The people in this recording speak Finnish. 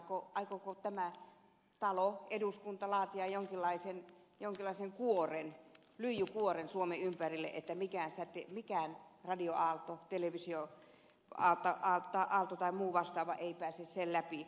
vai aikooko tämä talo eduskunta laatia jonkinlaisen kuoren lyijykuoren suomen ympärille että mikään heti mikä on radioauto televisio autosta radioaalto televisioaalto tai muu vastaava ei pääse sen läpi